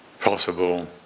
possible